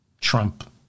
Trump